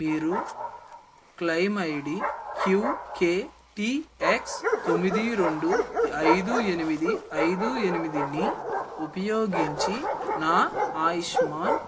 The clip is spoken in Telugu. మీరు claim ID Q K T X తొమ్మిది రెండు ఐదు ఎనిమిది ఐదు ఎనిమిదిని ఉపయోగించి నా ఆయుష్మాన్